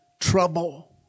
trouble